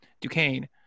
Duquesne